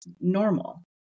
normal